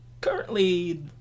currently